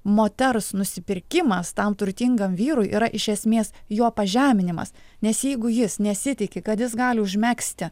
moters nusipirkimas tam turtingam vyrui yra iš esmės jo pažeminimas nes jeigu jis nesitiki kad jis gali užmegzti